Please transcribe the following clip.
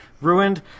ruined